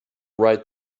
right